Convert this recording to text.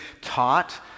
taught